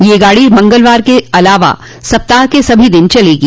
यह गाड़ी मंगलवार के अलावा सप्ताह के सभी दिन चलेगी